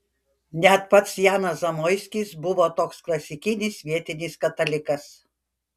net pats janas zamoiskis buvo toks klasikinis vietinis katalikas